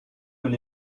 and